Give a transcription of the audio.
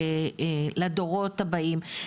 לדורות הבאים,